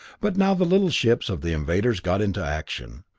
but now the little ships of the invaders got into action.